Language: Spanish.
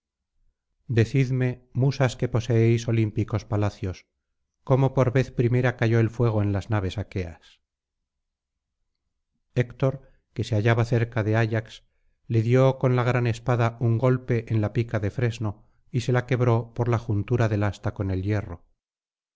decidme musas que poseéis olímpicos palacios cómo por vez primera cayó el fuego en las naves aqueas héctor que se hallaba cerca de ayax le dio con la gran espada un golpe en la pica de fresno y se la quebró por la juntura del asta con el hierro